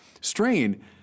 strain